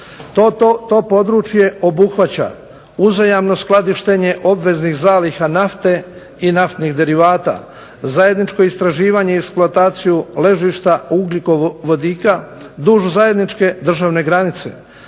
To područje obuhvaća uzajamno skladištenje obveznih zaliha nafte i naftnih derivata, zajedničko istraživanje i eksploataciju ležišta ugljikovodika duž zajedničke državne granice.